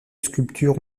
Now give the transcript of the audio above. sculptures